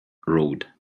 road